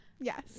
yes